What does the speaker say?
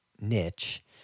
niche